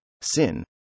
sin